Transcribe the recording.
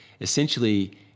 essentially